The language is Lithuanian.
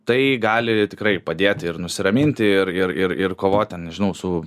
tai gali tikrai padėti ir nusiraminti ir ir ir ir kovot ten nežinau su